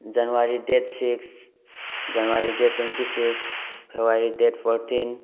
January date six January date twenty six February date fourteen